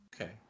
Okay